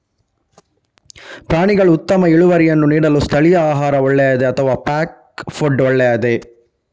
ಪ್ರಾಣಿಗಳು ಉತ್ತಮ ಇಳುವರಿಯನ್ನು ನೀಡಲು ಸ್ಥಳೀಯ ಆಹಾರ ಒಳ್ಳೆಯದೇ ಅಥವಾ ಪ್ಯಾಕ್ ಫುಡ್ ಒಳ್ಳೆಯದೇ?